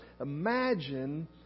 Imagine